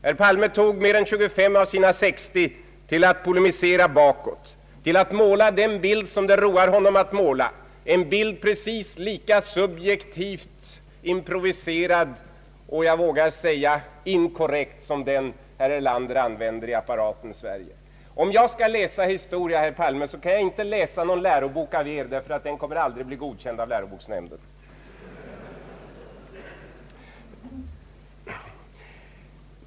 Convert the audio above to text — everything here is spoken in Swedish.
Herr Palme tog mer än 25 av sina 60 till att polemisera bakåt, till att måla den bild som det roar honom att måla, en bild precis lika subjektivt improviserad och, jag vågar säga, inkorrekt som den herr Erlander använder i Apparaten Sverige. Om jag skall läsa historia, herr Palme, kan jag inte läsa någon lärobok av Er, den kommer aldrig att bli godkänd av läroboksnämnden!